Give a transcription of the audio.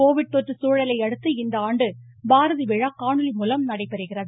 Covid தொற்று சூழலையடுத்து இந்தஆண்டு பாரதி விழா காணொலிமூலம் நடைபெறுகிறது